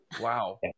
Wow